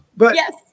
yes